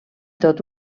tot